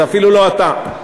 זה אפילו לא אתה.